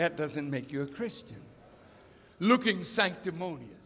doesn't make you a christian looking sanctimonious